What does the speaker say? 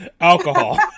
alcohol